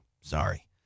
Sorry